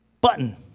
button